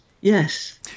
Yes